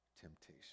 temptation